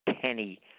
penny